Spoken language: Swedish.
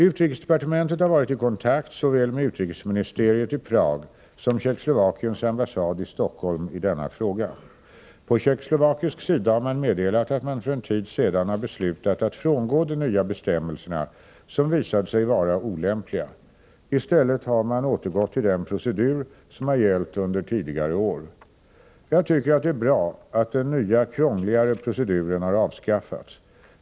Utrikesdepartementet har varit i kontakt såväl med utrikesministeriet i Prag som med Tjeckoslovakiens ambassad i Stockholm i denna fråga. På tjeckoslovakisk sida har man meddelat att man för en tid sedan har beslutat att frångå de nya bestämmelserna, som visade sig vara olämpliga. I stället har man återgått till den procedur som har gällt under tidigare år. Jag tycker att det är bra att den nya krångligare proceduren har avskaffats.